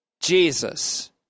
Jesus